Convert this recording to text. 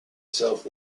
self